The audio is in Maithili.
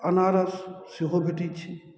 अनारस सेहो भेटै छै